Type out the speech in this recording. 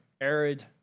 arid